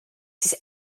siis